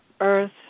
earth